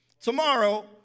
Tomorrow